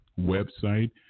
website